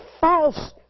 false